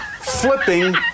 Flipping